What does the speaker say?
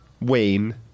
Wayne